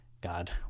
God